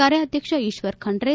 ಕಾರ್ಯಾಧ್ಯಕ್ಷ ಕುಶ್ವರ್ ಖಂಡ್ರೆ